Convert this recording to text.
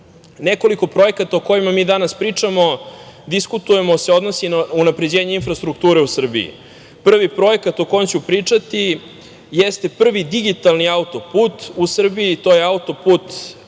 plenumu. Nekoliko projekata o kojima mi danas pričamo, diskutujemo, se odnosi na unapređenje infrastrukture u Srbiji. Prvi projekat o kojem ću pričati jeste prvi digitalni auto-put u Srbiji. To je auto-put E